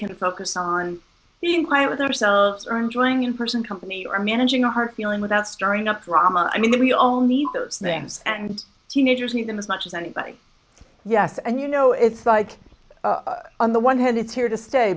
can focus on the inquire with our selves are enjoying in person company or managing our feeling without stirring up drama i mean we all need those things and teenagers need them as much as anybody yes and you know it's like on the one hand it's here to stay